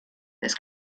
this